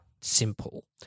simple